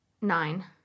Nine